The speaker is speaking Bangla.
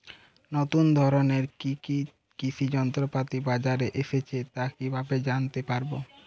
নতুন ধরনের কি কি কৃষি যন্ত্রপাতি বাজারে এসেছে তা কিভাবে জানতেপারব?